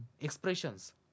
Expressions